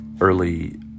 early